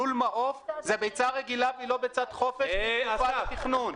לול מעוף זה ביצה רגילה והיא לא ביצת חופש בתקופת התכנון.